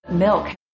Milk